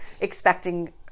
expecting